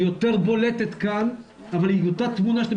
היא יותר בולטת כאן אבל היא אותה תמונה שאתם